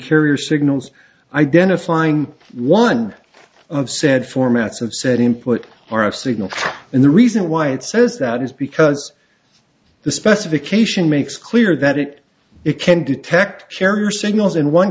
carrier signals identifying one of said formats of said input or of signal and the reason why it says that is because the specification makes clear that it it can detect carrier signals in one